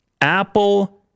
Apple